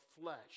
flesh